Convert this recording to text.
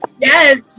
Yes